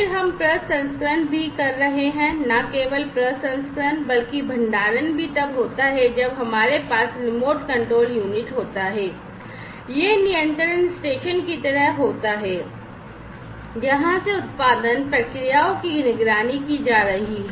फिर हम प्रसंस्करण भी कर रहे हैं न केवल प्रसंस्करण बल्कि भंडारण भी तब होता है जब हमारे पास रिमोट कंट्रोल यूनिट होता है यह नियंत्रण स्टेशन की तरह होता है जहां से उत्पादन प्रक्रियाओं की निगरानी की जा रही है